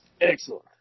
Excellent